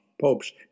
Pope's